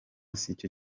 sicyo